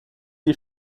des